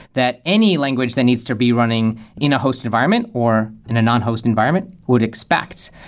that any language that needs to be running in a host environment, or in a non-host environment would expect.